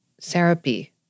therapy